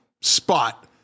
spot